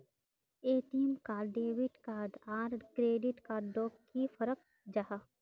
ATM card debit card आर credit card डोट की फरक जाहा?